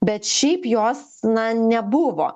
bet šiaip jos na nebuvo